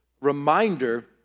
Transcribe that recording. reminder